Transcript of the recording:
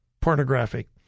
pornographic